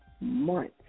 months